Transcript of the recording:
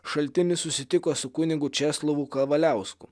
šaltinis susitiko su kunigu česlovu kavaliausku